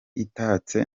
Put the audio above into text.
itatse